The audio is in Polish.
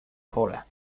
pole